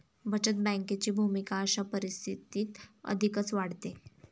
बचत बँकेची भूमिका अशा परिस्थितीत अधिकच वाढते